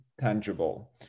tangible